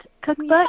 cookbook